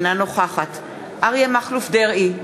אינה נוכחת אריה מכלוף דרעי,